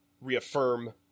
reaffirm